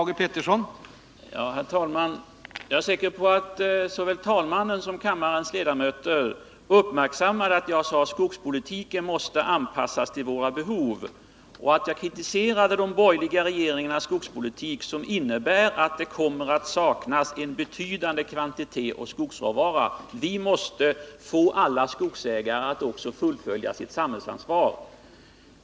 Herr talman! Jag är säker på att såväl talmannen som kammarens ledamöter uppmärksammade att jag sade att skogspolitiken måste anpassas till våra behov, och att jag kritiserade de borgerliga regeringarnas skogspolitik, som innebär att det kommer att saknas en betydande kvantitet skogsråvara. Vi måste få alla skogsägare att också ta sitt samhällsansvar.